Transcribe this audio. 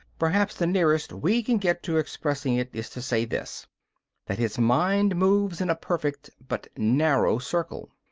perhaps the nearest we can get to expressing it is to say this that his mind moves in a perfect but narrow circle.